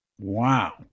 Wow